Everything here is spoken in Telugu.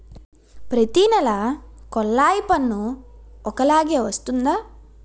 ప్రతి నెల కొల్లాయి పన్ను ఒకలాగే వస్తుందా?